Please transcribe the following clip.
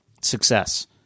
success